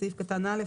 בסעיף קטן (א),